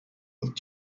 und